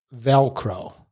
Velcro